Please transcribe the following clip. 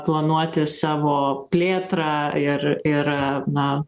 planuoti savo plėtrą ir ir na